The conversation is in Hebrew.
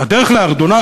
"הדרך לארדואן",